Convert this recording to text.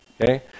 Okay